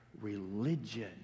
religion